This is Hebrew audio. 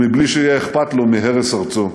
ובלי שיהיה אכפת לו מהרס ארצו.